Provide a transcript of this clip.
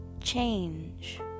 Change